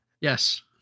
Yes